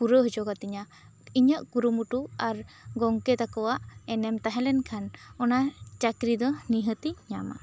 ᱯᱩᱨᱟᱹᱣ ᱦᱚᱪᱚ ᱠᱟᱹᱛᱤᱧᱟ ᱤᱧᱟᱹᱜ ᱠᱩᱨᱩᱩᱴᱩ ᱟᱨ ᱜᱚᱢᱠᱮ ᱛᱟᱠᱚᱣᱟᱜ ᱮᱱᱮᱢ ᱛᱟᱦᱮᱸ ᱞᱮᱱ ᱠᱷᱟᱱ ᱚᱱᱟ ᱪᱟᱹᱠᱨᱤ ᱫᱚ ᱱᱤᱦᱟᱹᱛᱤᱧ ᱧᱟᱢᱟ